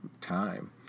time